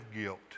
guilt